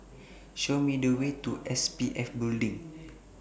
Show Me The Way to SPF Building